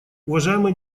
уважаемые